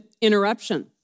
interruption